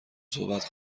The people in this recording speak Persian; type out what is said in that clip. صحبت